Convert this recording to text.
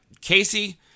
Casey